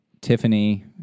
Tiffany